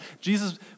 Jesus